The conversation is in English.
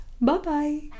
Bye-bye